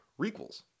requels